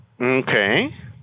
Okay